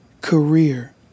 career